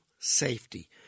safety